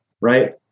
right